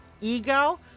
Ego